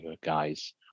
guys